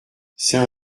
c’est